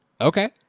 okay